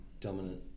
Dominant